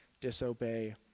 disobey